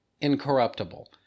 incorruptible